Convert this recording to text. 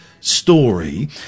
Story